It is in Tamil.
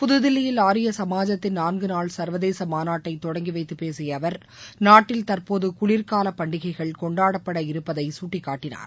புதுதில்லியில் ஆரிய சமாஜத்தின் நான்குநாள் சர்வதேச மாநாட்டை தொடங்கி வைத்து பேசிய அவர் நாட்டில் தற்போது குளிர்கால பண்டிகைகள் கொண்டாடப்பட இருப்பதை சுட்டிக்காட்டினார்